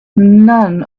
none